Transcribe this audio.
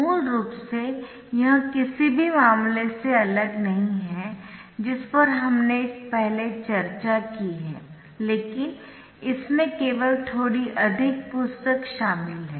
मूल रूप से यह किसी भी मामले से अलग नहीं है जिस पर हमने पहले चर्चा की है लेकिन इसमें केवल थोड़ी अधिक पुस्तक शामिल है